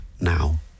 now